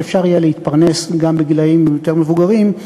שאפשר יהיה להתפרנס גם בגילים יותר מבוגרים,